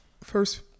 first